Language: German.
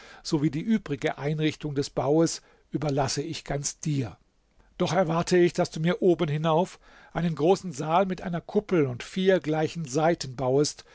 sowie die übrige einrichtung des baues überlasse ich ganz dir doch erwarte ich daß du mir oben hinauf einen großen saal mit einer kuppel und vier gleichen seiten bauest